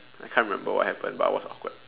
I can't remember what happened but it was awkward